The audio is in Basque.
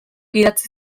idatzi